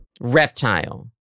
Reptile